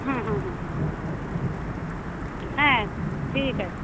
হুম হুম হুম হুম হ্যাঁ ঠিক আছে হ্যাঁ